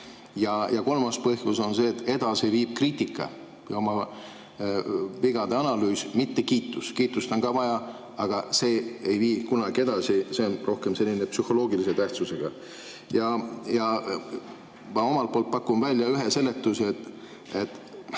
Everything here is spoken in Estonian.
Ja kolmas põhjus on see, et edasi viib kriitika, oma vigade analüüs, mitte kiitus. Kiitust on ka vaja, aga see ei vii kunagi edasi, see on rohkem selline psühholoogilise tähtsusega. Ma omalt poolt pakun välja ühe seletuse.